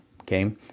okay